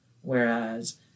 Whereas